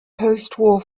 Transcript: postwar